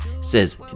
says